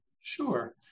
Sure